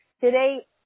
Today